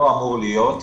לא אמור להיות,